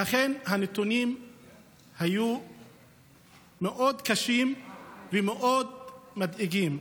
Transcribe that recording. ואכן, הנתונים מאוד קשים ומאוד מדאיגים,